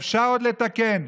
אפשר עוד לתקן,